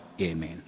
Amen